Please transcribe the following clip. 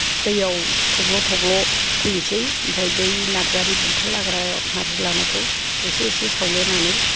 दैयाव थब्ल' थब्ल' फैनोसै ओमफ्राय बै नार्जारी बुन्था लाग्रा नार्जि लानायखौ एसे एसे सावलायनानै